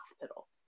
hospital